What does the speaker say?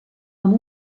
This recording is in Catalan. amb